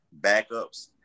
backups